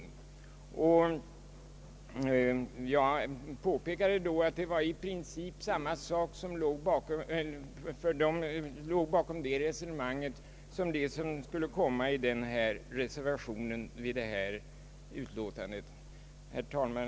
Jag påpekade då att det i princip var samma resonemang som det som skulle komma att föras i reservationen vid detta utlåtande. Herr talman!